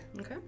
Okay